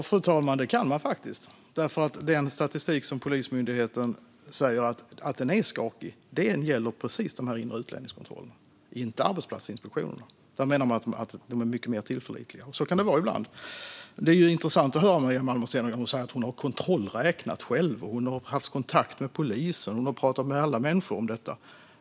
Fru talman! Ja, det kan jag faktiskt. Den statistik som Polismyndigheten säger är skakig gäller just de inre utlänningskontrollerna, inte arbetsplatsinspektionerna. Den statistiken menar man är mycket mer tillförlitlig. Så kan det vara ibland. Det är intressant att höra Maria Malmer Stenergard säga att hon själv har kontrollräknat, haft kontakt med polisen och pratat med alla människor om detta.